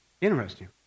Interesting